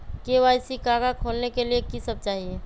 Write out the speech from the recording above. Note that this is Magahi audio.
के.वाई.सी का का खोलने के लिए कि सब चाहिए?